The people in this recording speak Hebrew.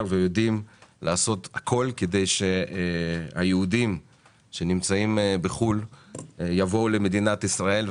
ויודעים לעשות הכול כדי שהיהודים שנמצאים בחו"ל יבואו למדינת ישראל.